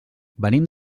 venim